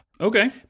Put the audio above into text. Okay